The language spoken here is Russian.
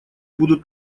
будут